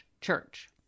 church